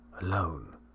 Alone